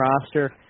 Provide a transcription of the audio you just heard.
roster